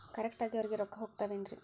Correct ಆಗಿ ಅವರಿಗೆ ರೊಕ್ಕ ಹೋಗ್ತಾವೇನ್ರಿ?